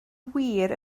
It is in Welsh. wir